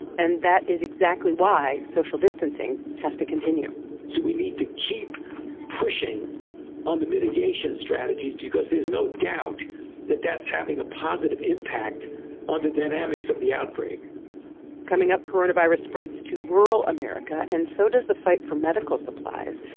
and that is exactly why social distancing has to continue so we need to keep pushing on the mitigation strategies because there's no doubt that that's having a positive impact on ah the dynamics of the outbreak coming up, coronavirus spreads to rural america and so does the fight for medical supplies,